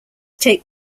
take